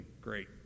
great